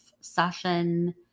session